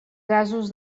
gasos